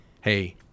hey –